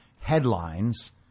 headlines